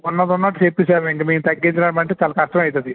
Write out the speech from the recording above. ఉన్నది ఉన్నట్టు చెప్పేసాను ఇంకా మేము తగ్గించడం అంటే చాలా కష్టం అవుతుంది